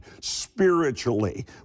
spiritually